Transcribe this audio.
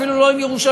אפילו לא עם ירושלים.